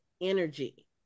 energy